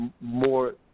more